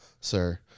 sir